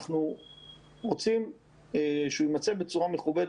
אנחנו רוצים שהוא יימצא בצורה מכובדת,